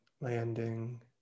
landing